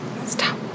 Stop